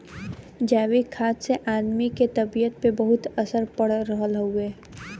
जैविक खाद से आदमी के तबियत पे बहुते असर पड़ रहल हउवे